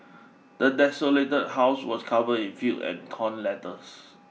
the desolated house was covered in filth and torn letters